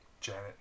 Janet